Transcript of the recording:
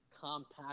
compact